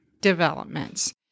developments